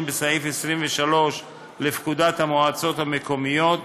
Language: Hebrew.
בסעיף 23 לפקודת המועצות המקומיות,